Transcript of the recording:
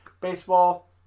baseball